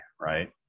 Right